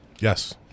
Yes